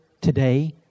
today